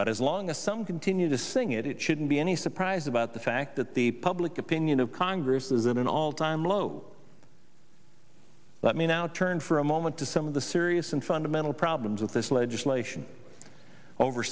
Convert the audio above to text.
but as long as some continue to sing it it shouldn't be any surprise about the fact that the public opinion of congress is at an all time low let me now turn for a moment to some of the serious and fundamental problems with this legislation over